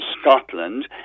Scotland